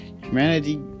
Humanity